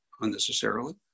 unnecessarily